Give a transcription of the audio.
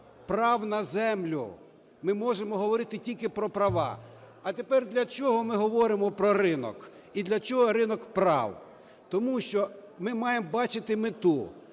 прав на землю. Ми можемо говорити тільки про права. А тепер для чого ми говоримо про ринок і для чого ринок прав? Тому що ми маємо бачити мету